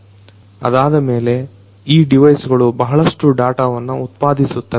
ಅದಾದಮೇಲೆ ಈ ಡಿವೈಸ್ ಗಳು ಬಹಳಷ್ಟು ಡಾಟವನ್ನ ಉತ್ಪಾದಿಸುತ್ತವೆ